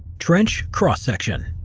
trench cross-section,